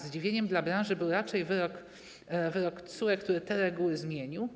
Zdziwieniem dla branży był raczej wyrok TSUE, który te reguły zmienił.